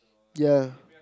ya